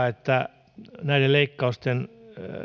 että näiden leikkausten